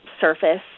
surface